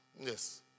Yes